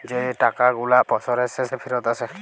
যে টাকা গুলা বসরের শেষে ফিরত আসে